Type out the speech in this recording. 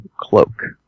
cloak